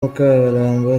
mukabaramba